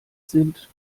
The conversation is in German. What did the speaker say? sind